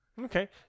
Okay